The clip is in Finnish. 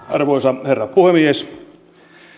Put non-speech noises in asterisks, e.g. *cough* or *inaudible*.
*unintelligible* arvoisa herra puhemies